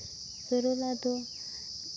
ᱥᱚᱨᱚᱞᱟ ᱫᱚ